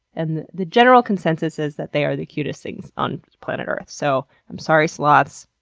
and the general consensus is that they are the cutest things on planet earth. so i'm sorry, sloths,